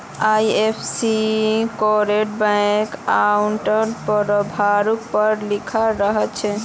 IFSC code bank अंकाउट पासबुकवर पर लिखाल रह छेक